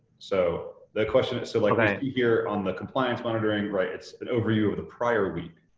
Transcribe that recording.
so the question is, so like right here on the compliance monitoring, right, it's an overview of the prior week.